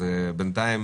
בינתיים